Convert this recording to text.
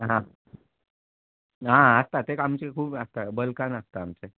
आ आ ना आसता तें आमचें खूब आसता बल्कान आसता आमचें